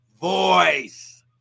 voice